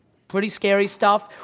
pretty scary stuff.